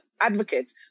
advocate